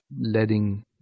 letting